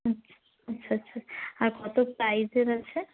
আচ্ছা আচ্ছা আচ্ছা আর কত প্রাইসের আছে